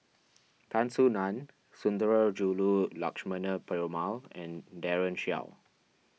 Tan Soo Nan Sundarajulu Lakshmana Perumal and Daren Shiau